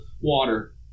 water